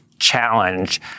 challenge